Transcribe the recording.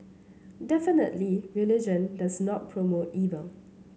definitely religion does not promote evil